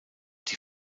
die